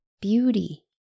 beauty